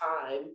time